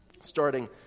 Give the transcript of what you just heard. starting